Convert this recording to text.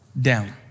down